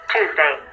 Tuesday